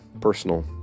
personal